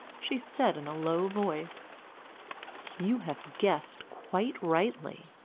she said in a low voice you have guessed quite rightly.